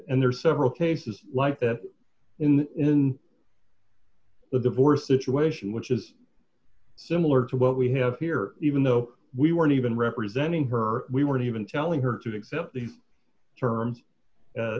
and there are several cases like that in the divorce situation which is similar to what we have here even though we weren't even representing her we weren't even telling her to accept the terms